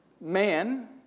man